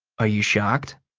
are you shocked?